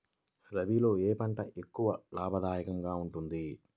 రబీలో ఏ పంట ఎక్కువ లాభదాయకంగా ఉంటుంది?